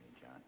John